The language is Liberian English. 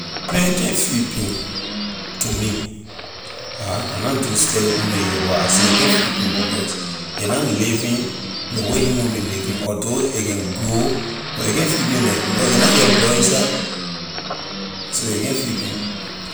Plant can’t feel pain to me I i na do study on it yeh but I say a can’t feel pain because a na living ley way human being living although a can grow but a can’t feel pain like because a na get blood inside so a can’t feel pain.